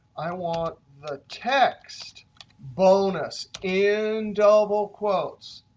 i want the text bonus in double quotes.